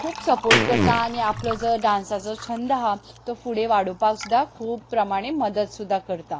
खूब सपोर्ट करता आनी आपलो जो डांसाचो छंद आहा तो फुडें वाडोवपाक सुद्दा खूब प्रमाणे मदत सुद्दा करता